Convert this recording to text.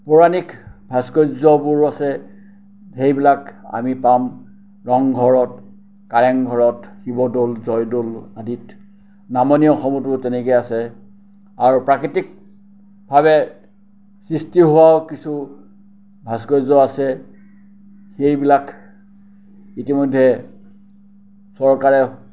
পৌৰাণিক ভাস্কৰ্যবোৰো আছে সেইবিলাক আমি পাম ৰংঘৰত কাৰেংঘৰত শিৱদৌল জয়দৌল আদিত নামনি অসমতো তেনেকে আছে আৰু প্ৰাকৃতিকভাৱে সৃষ্টি হোৱাও কিছু ভাস্কৰ্য আছে সেইবিলাক ইতিমধ্যে চৰকাৰে